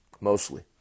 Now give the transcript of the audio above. mostly